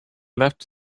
left